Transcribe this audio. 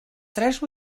tres